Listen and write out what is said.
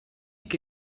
que